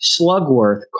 Slugworth